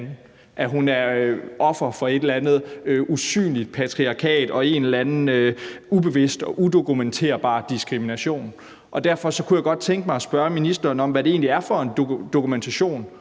at hun er offer for et eller andet usynligt patriarkat og en eller anden ubevidst og udokumenterbar diskrimination. Derfor kunne jeg godt tænke mig spørge ministeren om, hvad det egentlig er for en dokumentation,